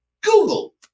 Google